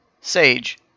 Sage